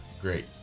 great